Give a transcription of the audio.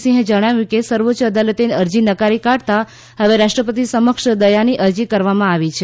સિંહે જણાવ્યું કે સર્વોચ્ય અદાલતે અરજી નકારી કાઢતાં હવે રાષ્ટ્રપતિ સમક્ષ દયાની અરજી કરવામાં આવી છે